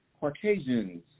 Caucasians